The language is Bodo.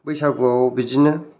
बैसागुआव बिदिनो